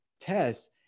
test